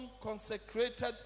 consecrated